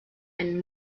einen